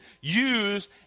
use